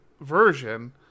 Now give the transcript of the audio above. version